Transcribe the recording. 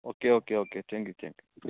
okay okay okay thank you thank you